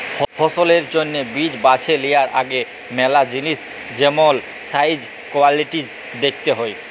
ফসলের জ্যনহে বীজ বাছে লিয়ার আগে ম্যালা জিলিস যেমল সাইজ, কোয়ালিটিজ দ্যাখতে হ্যয়